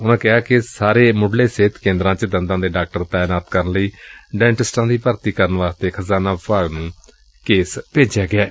ਉਨੂਾ ਦਸਿਆ ਕਿ ਸਾਰੇ ਮੁੱਢਲੇ ਸਿਹਤ ਕੇਂਦਰਾਂ ਚ ਦੰਦਾਂ ਦੇ ਡਾਕਟਰ ਤਾਇਨਾਤ ਕਰਨ ਲਈ ਡੈਂਟਿਸਟਾਂ ਦੀ ਭਰਤੀ ਵਾਸਤੇ ਖਜ਼ਾਨਾ ਵਿਭਾਗ ਨੁੰ ਕੇਸ ਭੇਜਿਐ